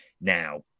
now